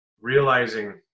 realizing